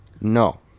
no